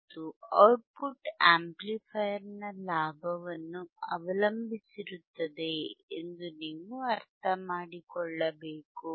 ಮತ್ತು ಔಟ್ಪುಟ್ ಆಂಪ್ಲಿಫೈಯರ್ನ ಲಾಭವನ್ನು ಅವಲಂಬಿಸಿರುತ್ತದೆ ಎಂದು ನೀವು ಅರ್ಥಮಾಡಿಕೊಳ್ಳಬೇಕು